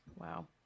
Wow